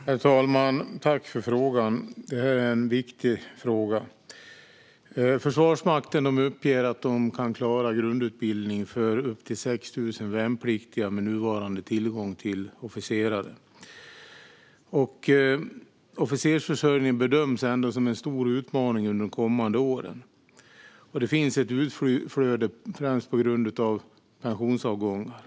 Herr talman! Jag tackar för denna viktiga fråga. Försvarsmakten uppger att man kan klara grundutbildning för upp till 6 000 värnpliktiga med nuvarande tillgång till officerare. Officersförsörjningen bedöms ändå som en stor utmaning under de kommande åren. Det finns ett utflöde främst på grund av pensionsavgångar.